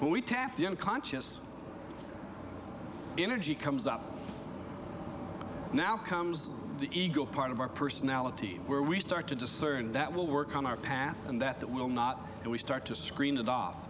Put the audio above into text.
who we tap the unconscious energy comes up now comes the ego part of our personality where we start to discern that will work on our path and that that will not and we start to screen it off